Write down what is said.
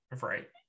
Right